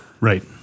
Right